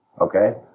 okay